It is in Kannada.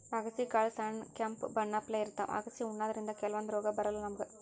ಅಗಸಿ ಕಾಳ್ ಸಣ್ಣ್ ಕೆಂಪ್ ಬಣ್ಣಪ್ಲೆ ಇರ್ತವ್ ಅಗಸಿ ಉಣಾದ್ರಿನ್ದ ಕೆಲವಂದ್ ರೋಗ್ ಬರಲ್ಲಾ ನಮ್ಗ್